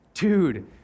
Dude